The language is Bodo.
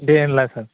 दे होनब्ला सार